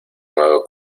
nuevo